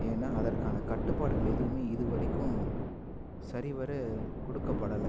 ஏன்னால் அதற்கான கட்டுப்பாடுகள் எதுவும் இதுவரைக்கும் சரிவர கொடுக்கப்படல